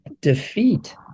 defeat